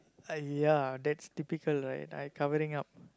!aiya! that's typical right I covering up